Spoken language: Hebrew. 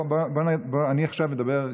אני עכשיו אדבר,